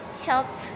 shop